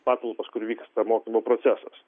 patalpas kur vyksta mokymo procesas